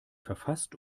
verfasst